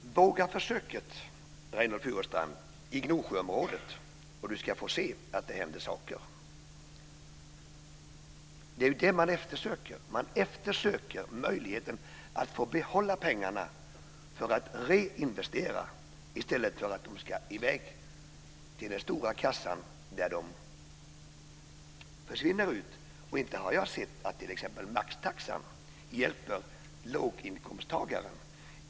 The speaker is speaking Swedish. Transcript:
Fru talman! Våga försöket, Reynoldh Furustrand, i Gnosjöområdet, och ni ska få se att det händer saker. Det är ju det man eftersöker: möjligheten att få behålla pengarna för att reinvestera i stället för att de ska i väg till den stora kassan där de försvinner. Inte har jag sett att t.ex. maxtaxan hjälper låginkomsttagaren.